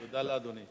תודה לאדוני.